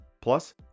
Plus